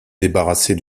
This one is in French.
débarrasser